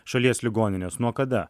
šalies ligonines nuo kada